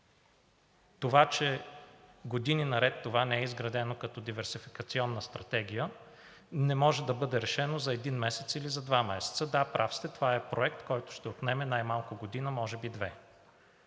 Това, че години наред това не е изградено като диверсификационна стратегия, не може да бъде решено за един месец или за два месеца – да, прав сте. Това е проект, който ще отнеме най-малко година, може би две,